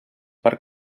per